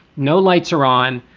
no lights are on.